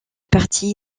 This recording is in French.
partie